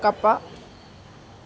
കപ്പ